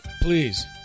Please